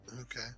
okay